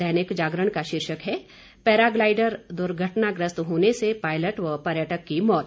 दैनिक जागरण का शीर्षक है पैराग्लाइडर दुर्घटनाग्रस्त होने से पायलट व पर्यटक की मौत